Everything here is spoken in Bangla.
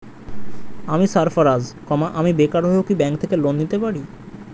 আমি সার্ফারাজ, আমি বেকার হয়েও কি ব্যঙ্ক থেকে লোন নিতে পারি?